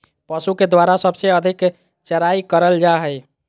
पशु के द्वारा सबसे अधिक चराई करल जा हई